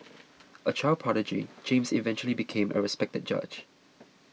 a child prodigy James eventually became a respected judge